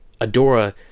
Adora